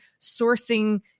sourcing